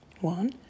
one